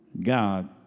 God